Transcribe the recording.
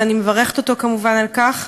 ואני מברכת אותו כמובן על כך,